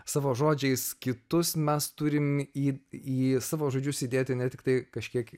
savo žodžiais kitus mes turim į į savo žodžius įdėti ne tiktai kažkiek